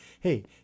Hey